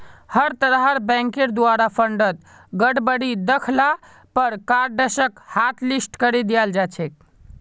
हर तरहर बैंकेर द्वारे फंडत गडबडी दख ल पर कार्डसक हाटलिस्ट करे दियाल जा छेक